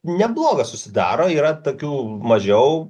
neblogas susidaro yra tokių mažiau